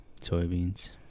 soybeans